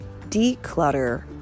declutter